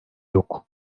yok